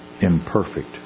imperfect